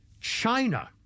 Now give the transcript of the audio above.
China